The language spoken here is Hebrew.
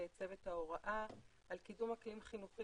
צוות ההוראה, על קידום אקלים חינוכי